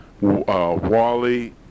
Wally